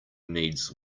needs